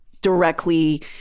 directly